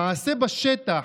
המעשה בשטח,